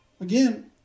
Again